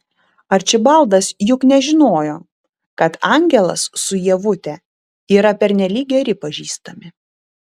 arčibaldas juk nežinojo kad angelas su ievute yra pernelyg geri pažįstami